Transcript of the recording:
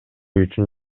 үчүн